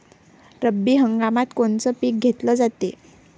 रब्बी हंगामात कोनचं पिक घेतलं जाते?